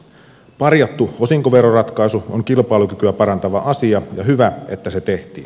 parjattu osinkoveroratkaisu on kilpailukykyä parantava asia ja hyvä että se tehtiin